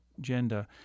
gender